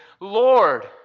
Lord